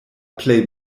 plej